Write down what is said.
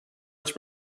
its